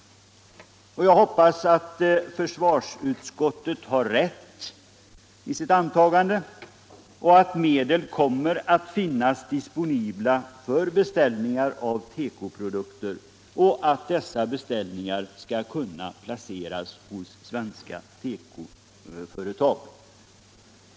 Jag hoppas att försvarsutskottet har rätt i sitt antagande och att medel kommer att finnas disponibla för beställningar av tekoprodukter och att dessa beställningar skall kunna placeras hos svenska tekoföretag.